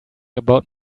about